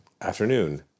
Afternoon